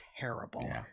terrible